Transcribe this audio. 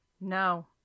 No